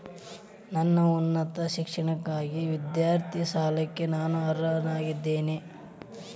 ನನ್ನ ಉನ್ನತ ಶಿಕ್ಷಣಕ್ಕಾಗಿ ವಿದ್ಯಾರ್ಥಿ ಸಾಲಕ್ಕೆ ನಾನು ಅರ್ಹನಾಗಿದ್ದೇನೆಯೇ?